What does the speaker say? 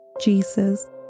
Jesus